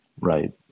Right